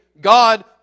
God